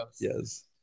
yes